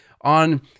on